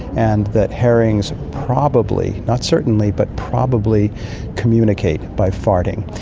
and that herrings probably, not certainly but probably communicate by farting.